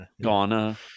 Ghana